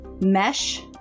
Mesh